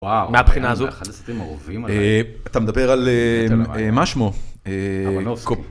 מהבחינה הזאת, אתה מדבר על מה שמו.